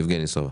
יבגני סובה.